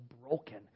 broken